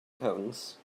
cones